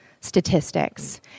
statistics